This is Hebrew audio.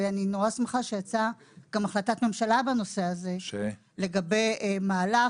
ואני נורא שמחה שיצאה גם החלטת ממשלה בנושא הזה לגבי מהלך